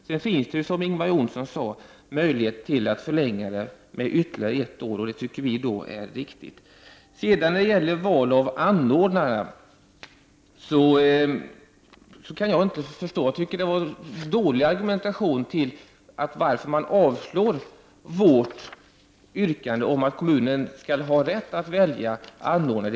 Sedan finns det ju, som Ingvar Johnsson sade, möjlighet att förlänga tiden med ytterligare ett år, och det anser vi vara riktigt. Jag kan inte förstå varför man avstyrker vårt yrkande om att kommunerna skall ha rätt att välja anordnare.